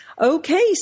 Okay